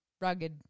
rugged